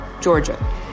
Georgia